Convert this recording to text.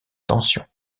tension